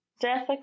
Death